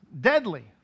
deadly